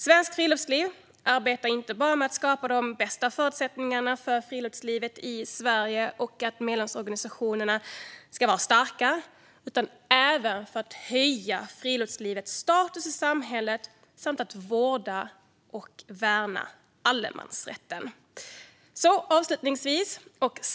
Svenskt Friluftsliv arbetar inte bara med att skapa de bästa förutsättningarna för friluftslivet i Sverige och att medlemsorganisationerna ska vara starka utan även med att höja friluftslivets status i samhället samt att vårda och värna allemansrätten.